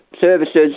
services